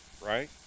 Right